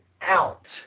out